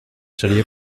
seria